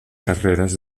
carreras